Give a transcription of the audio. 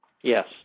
Yes